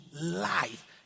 life